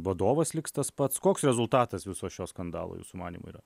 vadovas liks tas pats koks rezultatas visos šio skandalo jūsų manymu yra